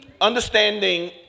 Understanding